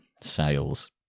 sales